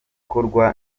ikorwa